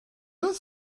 oedd